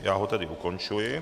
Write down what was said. Já ho tedy ukončuji.